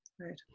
right